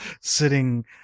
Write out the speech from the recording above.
sitting